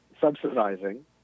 subsidizing